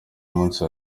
munsi